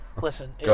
Listen